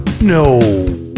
No